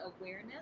awareness